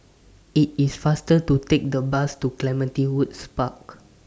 IT IS faster to Take The Bus to Clementi Woods Park